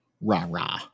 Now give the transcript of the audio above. rah-rah